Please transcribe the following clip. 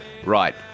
Right